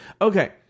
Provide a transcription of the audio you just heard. Okay